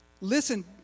Listen